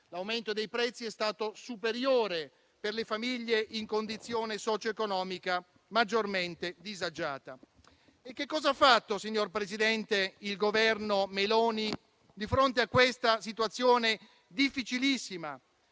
l'aumento dei prezzi è stato superiore per le famiglie in condizione socio economica maggiormente disagiata. Che cosa ha fatto, signora Presidente, il Governo Meloni di fronte a questa situazione difficilissima,